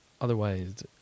otherwise